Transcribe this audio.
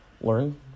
Learn